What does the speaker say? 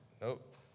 nope